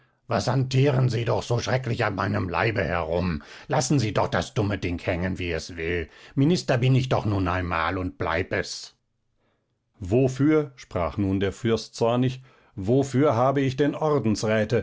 was hantieren sie doch so schrecklich an meinem leibe herum lassen sie doch das dumme ding hängen wie es will minister bin ich doch nun einmal und bleib es wofür sprach nun der fürst zornig wofür habe ich denn